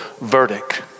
verdict